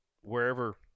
wherever